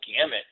gamut